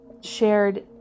shared